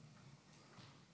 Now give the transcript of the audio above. בימים האלה